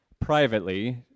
privately